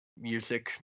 music